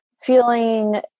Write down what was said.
feeling